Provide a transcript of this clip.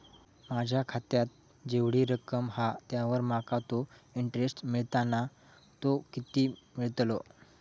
माझ्या खात्यात जेवढी रक्कम हा त्यावर माका तो इंटरेस्ट मिळता ना तो किती मिळतलो?